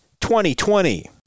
2020